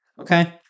Okay